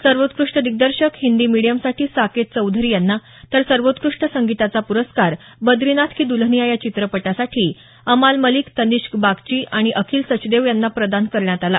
सर्वोत्कृष्ट दिग्दर्शक हिंदी मिडियम साठी साकेत चौधरी यांना सर्वोत्कृष्ट संगीताचा पुरस्कार बद्रीनाथ की दुल्हनिया या चित्रपटा साठी अमाल मलिम तनिष्क बागची आणि अखिल सचदेव यांना प्रदान करण्यात आला